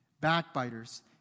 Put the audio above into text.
backbiters